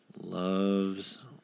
loves